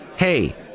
Hey